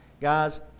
Guys